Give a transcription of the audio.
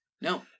No